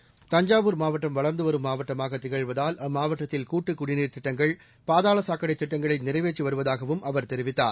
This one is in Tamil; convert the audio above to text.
செகண்ட்ஸ் தஞ்சாவூர் மாவட்டம் வளர்ந்து வரும் மாவட்டமாக திகழ்வதால் அம்மாவட்டத்தில் கூட்டுக் குடிநீர் திட்டங்கள் பாதாள சாக்கடை திட்டங்களை நிறைவேற்றி வருவதாகவும் அவர் தெரிவித்தார்